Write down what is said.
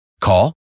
Call